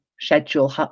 schedule